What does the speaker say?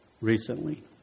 recently